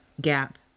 Gap